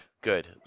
good